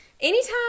Anytime